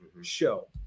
show